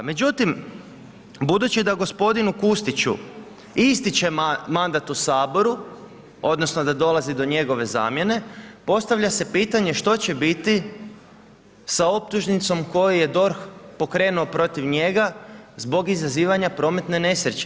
Međutim, budući da gospodinu Kustiću ističe mandat u Saboru, odnosno, da dolazi do njegove zamjene, postavlja se pitanje, što će biti sa optužnicom, koju je DORH pokrenuo protiv njega, zbog izazivanje prometne nesreće.